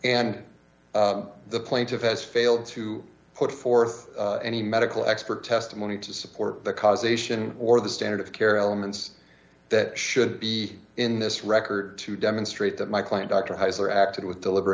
and the plaintiff has failed to put forth any medical expert testimony to support the causation or the standard of care elements that should be in this record to demonstrate that my client dr hiser acted with deliber